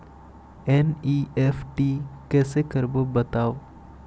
NEFT कैसे करबो बताव?